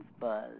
Buzz